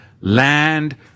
Land